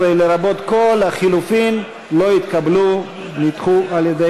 13, לרבות כל הלחלופין, לא התקבלו, נדחו,